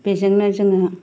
बेजोंनो जोंहा